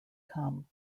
come